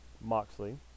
Moxley